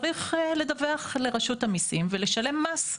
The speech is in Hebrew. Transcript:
צריך לדווח לרשות המיסים ולשלם מס.